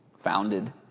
founded